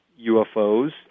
UFOs